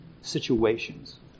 situations